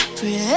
Pray